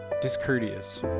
discourteous